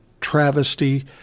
travesty